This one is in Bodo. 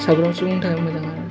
साफ्रामबो सुबुंनि थाखाय आरो